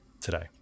today